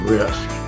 risk